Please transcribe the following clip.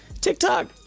TikTok